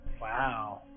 Wow